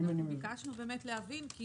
אנחנו ביקשנו באמת להבין כי